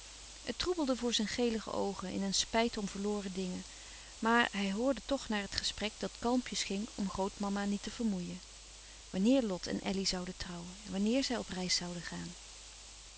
het troebelde voor zijn gelige oogen in een spijt om verloren dingen maar hij hoorde toch naar het gesprek dat kalmpjes ging om grootmama niet te vermoeien wanneer lot en elly zouden trouwen wanneer zij op reis zouden gaan